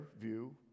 view